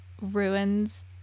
ruins